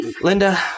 Linda